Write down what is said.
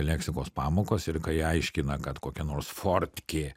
leksikos pamokos ir kai aiškina kad kokia nors fortkė